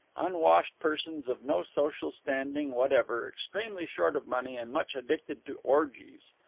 unwashed persons of no social standing whatever, extremely short of money and much addicted to orgies.